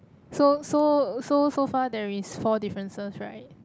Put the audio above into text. so so so so far there is four differences right